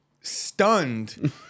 stunned